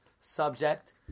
subject